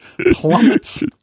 plummets